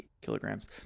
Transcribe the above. kilograms